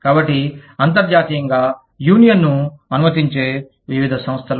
కాబట్టి అంతర్జాతీయంగా యూనియన్ను అనుమతించే వివిధ సంస్థలు